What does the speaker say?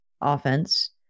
offense